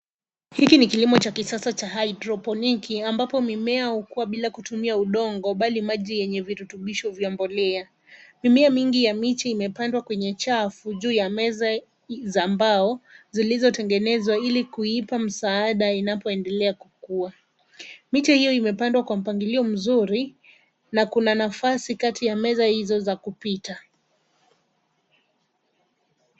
Hiki ni kilimo cha kisasa cha hidroponiki mimea ukua bila kutumia udongo bali maji yenye vitutubisho ya mimea. Mimea mingi ya kijani kibichi yame pandwa kwenye chafu juu ya meza ya mbao zilizo tengenezwa ili kuipa msaada inapo endelea kukuwa. Miti hiyo imepandwa kwa mpangilio mzuri na kuna nafasi kati ya meza hizo za kupita.